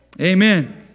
Amen